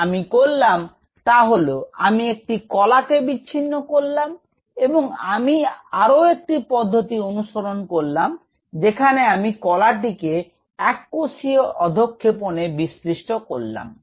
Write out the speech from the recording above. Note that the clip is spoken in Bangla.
যা আমি করলাম তা হল আমি একটি কলাকে বিচ্ছিন্ন করলাম এবং আমি আরও একটি পদ্ধতি অনুসরণ করলাম যেখানে আমি কলাটিকে এক কোষীয় অধঃক্ষেপনে বিশ্লিষ্ট করলাম